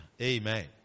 Amen